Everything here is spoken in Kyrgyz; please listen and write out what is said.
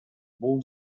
бул